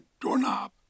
doorknob